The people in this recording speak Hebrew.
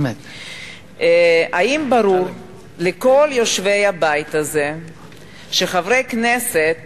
האם ברור לכל יושבי הבית הזה שחברי כנסת